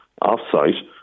off-site